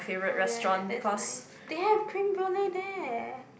oh ya that that's nice they have creme brulee there